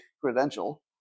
credential